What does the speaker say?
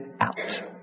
out